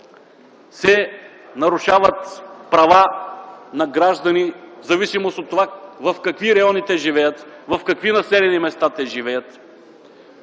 се нарушават права на граждани в зависимост от това в какви райони живеят, в какви населени места живеят,